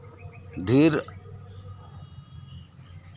ᱰᱷᱤᱨ